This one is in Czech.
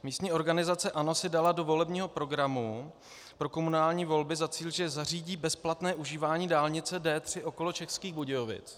Místní organizace ANO si dala do volebního programu pro komunální volby za cíl, že zařídí bezplatné užívání dálnice D3 okolo Českých Budějovic.